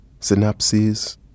synapses